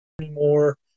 anymore